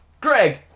Greg